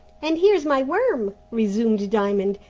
and here's my worm, resumed diamond.